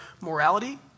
morality